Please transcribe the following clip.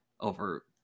over